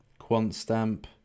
QuantStamp